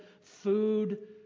food